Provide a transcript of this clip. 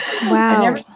Wow